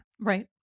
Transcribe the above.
Right